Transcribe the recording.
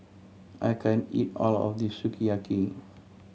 I can't eat all of this Sukiyaki